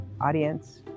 audience